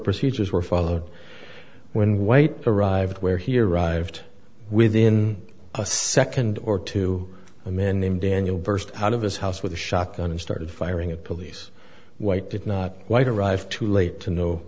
procedures were followed when white arrived where he arrived within a second or two a man named daniel burst out of his house with a shotgun and started firing at police white did not quite arrive too late to know